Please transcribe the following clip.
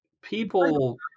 people